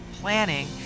planning